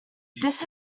this